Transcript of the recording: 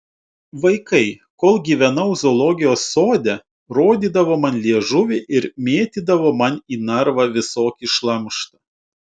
vaikai kol gyvenau zoologijos sode rodydavo man liežuvį ir mėtydavo man į narvą visokį šlamštą